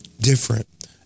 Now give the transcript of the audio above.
different